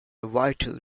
vital